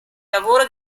lavoro